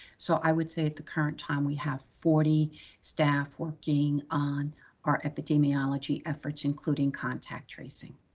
so i would say at the current time we have forty staff working on our epidemiology efforts, including contact tracing.